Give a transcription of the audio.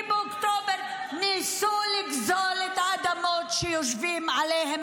באוקטובר ניסו לגזול את האדמות שעליהן